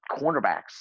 cornerbacks